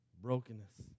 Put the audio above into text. Brokenness